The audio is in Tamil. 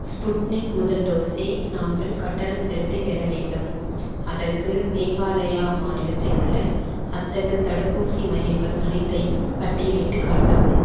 ஸ்புட்னிக் முதல் டோஸை நாங்கள் கட்டணம் செலுத்திப் பெற வேண்டும் அதற்கு மேகாலயா மாநிலத்தில் உள்ள அத்தகு தடுப்பூசி மையங்கள் அனைத்தையும் பட்டியலிட்டுக் காட்டவும்